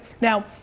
Now